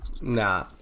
Nah